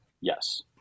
Yes